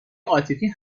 عاطفی